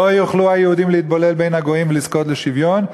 לא יוכלו היהודים להתבולל בין הגויים ולזכות בשוויון,